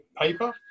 paper